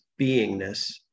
beingness